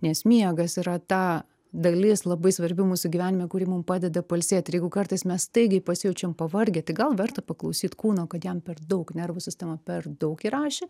nes miegas yra ta dalis labai svarbi mūsų gyvenime kuri mum padeda pailsėt ir jeigu kartais mes staigiai pasijaučiam pavargę tai gal verta paklausyt kūno kad jam per daug nervų sistema per daug įrašė